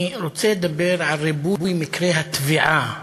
אני רוצה לדבר על ריבוי מקרי הטביעה